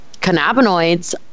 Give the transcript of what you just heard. cannabinoids